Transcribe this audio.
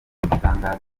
itangazo